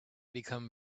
become